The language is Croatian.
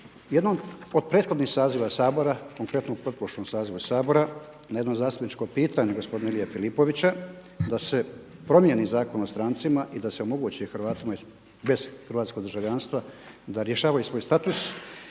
Jednom od prethodnih saziva Sabora, konkretno u pretprošlom sazivu Sabora na jedno zastupničko pitanje gospodine Ilije Filipovića da se promijeni Zakon o strancima i da se omogući Hrvatima bez hrvatskog državljanstva da rješavaju svoj status,